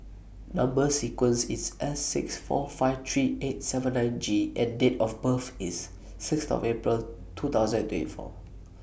Number sequence IS S six four five three eight seven nine G and Date of birth IS six of April two thousand and twenty four